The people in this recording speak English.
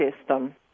system